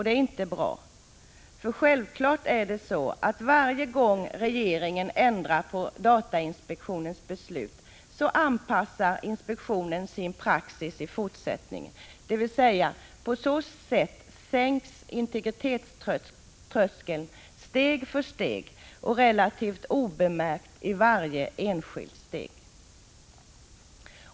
Det är inte bra, för självfallet är det så att varje gång regeringen ändrar på datainspektionens beslut så anpassar inspektionen sin praxis. Dvs. på så sätt sänks integritetströskeln steg för steg, och relativt obemärkt i varje enskilt steg.